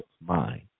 mind